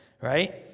right